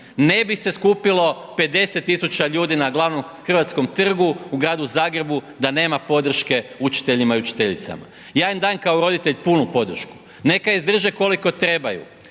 Ne bi se skupilo 50 000 ljudi na glavnom hrvatskom trgu u gradu Zagrebu da nema podrške učiteljima i učiteljicama. Ja im dajem kao roditelj punu podršku, neka izdrže koliko trebaju,